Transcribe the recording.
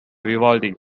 vivaldi